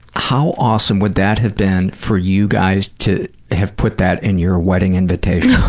how awesome would that have been for you guys to have put that in your wedding invitation? oh,